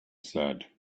said